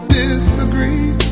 disagree